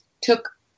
took